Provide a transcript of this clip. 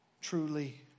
truly